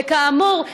וכאמור,